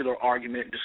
argument